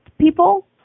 people